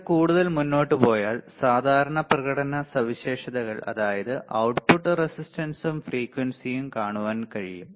നിങ്ങൾ കൂടുതൽ മുന്നോട്ട് പോയാൽ സാധാരണ പ്രകടന സവിശേഷതകൾ അതായത് output റെസിസ്റ്റൻസും ഫ്രീക്വൻസിയും കാണുവാൻ സാധിക്കും